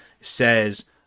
says